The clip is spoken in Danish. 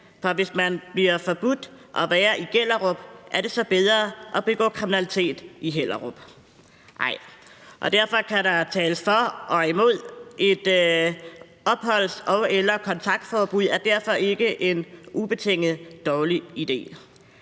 for hvis man bliver forbudt at være i Gellerup, er det så bedre at begå kriminalitet i Hellerup? Nej. Derfor kan der tales for og imod, og et opholdsforbud og/eller et kontaktforbud er derfor ikke ubetinget en god idé.